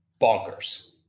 bonkers